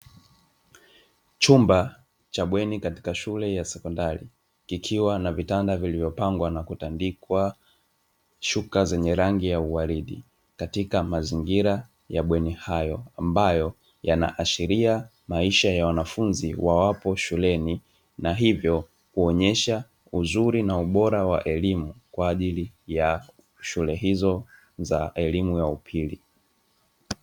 Chumba cha bweni katika shule ya sekondari kikiwa na vitanda vilivyopangwa na kutandikwa shuka zenye rangi ya uwaridi katika mazingira ya bweni hiyo, ambayo yanaashiria maisha ya wanafunzi wawapo shuleni na hivyo kuonyesha uzuri na ubora wa elimu kwa ajili ya shule hizo za elimu ya upili.